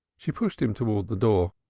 she pushed him towards the door.